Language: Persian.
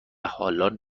حالا